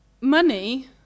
money